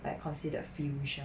but considered fusion